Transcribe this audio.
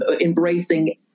embracing